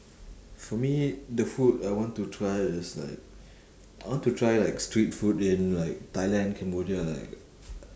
for me the food I want to try is like I want to try like street food in like thailand cambodia like